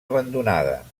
abandonada